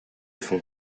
fond